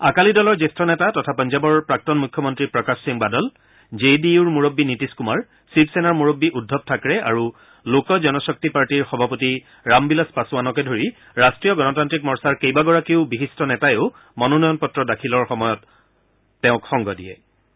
আকালী দলৰ জ্যেষ্ঠ নেতা তথা পঞ্জাবৰ প্ৰাক্তন মুখ্যমন্ত্ৰী প্ৰকাশ সিং বাদল জেডিইউৰ মুৰবী নীতিশ কুমাৰ শিৱসেনাৰ মুৰবী উদ্ধৱ থাকৰে আৰু লোক জনশক্তি পাৰ্টীৰ সভাপতি ৰামবিলাস পাছোৱানকে ধৰি ৰাষ্ট্ৰীয় গণতান্ত্ৰিক মৰ্চাৰ কেইবাগৰাকীও বিশিষ্ট নেতায়ো মনোয়ন দাখিলৰ সময়ত উপস্থিত আছিল